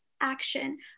action